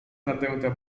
nadęta